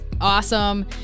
awesome